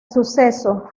suceso